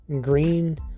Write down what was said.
Green